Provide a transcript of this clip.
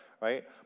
right